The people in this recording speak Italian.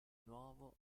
nuovo